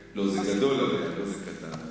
לא, זה גדול עליה, לא "זה קטן עליה".